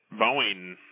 Boeing